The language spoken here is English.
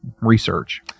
research